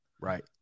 Right